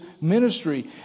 ministry